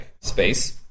space